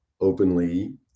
openly